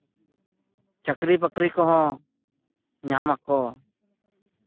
ᱪᱟᱹᱠᱨᱤ ᱵᱟᱹᱠᱨᱤ ᱠᱚᱦᱚᱸ ᱧᱟᱢ ᱟᱠᱚ